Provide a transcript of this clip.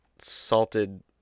salted